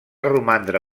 romandre